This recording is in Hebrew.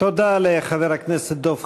תודה לחבר הכנסת דב חנין.